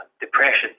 depression